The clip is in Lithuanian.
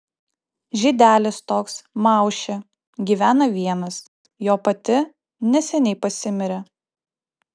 žydelis toks maušė gyvena vienas jo pati neseniai pasimirė